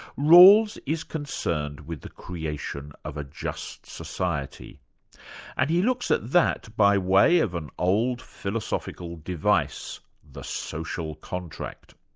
rawls is concerned with the creation of a just society and he looks at that by way of an old philosophical device the social contract.